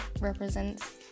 represents